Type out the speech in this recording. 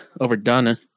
overdone